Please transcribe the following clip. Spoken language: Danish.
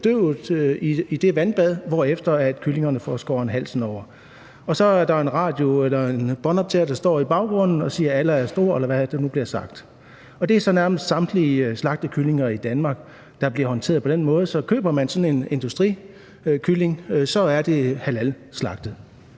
bedøvet i det vandbad, hvorefter kyllingerne får skåret halsen over. Så er der en båndoptager, der står i baggrunden, hvor der bliver sagt, at Allah er stor, eller hvad der nu bliver sagt. Og det er så nærmest samtlige slagtekyllinger i Danmark, der bliver håndteret på den måde. Så hvis man køber sådan en industrikylling, er den halalslagtet.